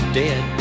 dead